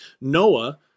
Noah